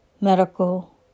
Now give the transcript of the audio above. Medical